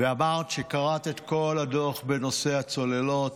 ואמרת שקראת את כל הדוח בנושא הצוללות.